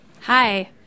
Hi